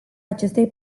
acestei